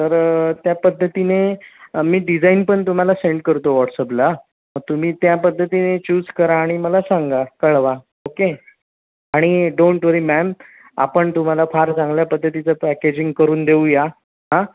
तर त्या पद्धतीने मी डिझाईन पण तुम्हाला सेंड करतो वॉट्सअपला मग तुम्ही त्या पद्धतीने चूज करा आणि मला सांगा कळवा ओके आणि डोंट वरी मॅम आपण तुम्हाला फार चांगल्या पद्धतीचं पॅकेजिंग करून देऊया आं